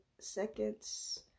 seconds